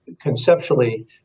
conceptually